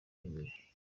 imbere